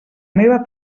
meva